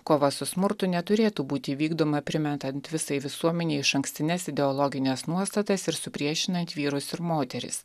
kova su smurtu neturėtų būti vykdoma primetant visai visuomenei išankstines ideologines nuostatas ir supriešinant vyrus ir moteris